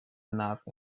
enough